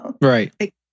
Right